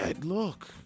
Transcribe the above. Look